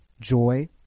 joy